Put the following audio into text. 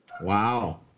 Wow